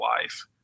Life